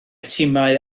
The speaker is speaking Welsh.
timau